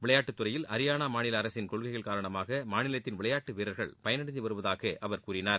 விளையாட்டுத் துறையில் ஹரியானா மாநில அரசின் கொள்கைகள் காரணமாக மாநிலத்தின் விளையாட்டு வீரர்கள் பயனடைந்து வருவதாக அவர் கூறினார்